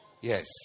Yes